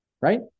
right